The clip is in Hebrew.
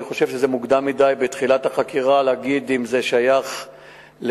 אני חושב שמוקדם מדי בתחילת החקירה להגיד אם זה שייך לפרחחים,